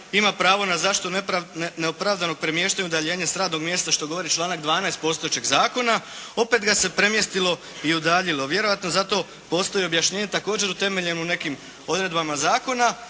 ima pravo na zaštitu neopravdanog premještanju udaljenju s radnog mjesta što govori članak 12. postojećeg zakona, opet ga se premjestilo i udaljilo, vjerojatno zato postoji objašnjenje također utemeljeno u nekim odredbama zakona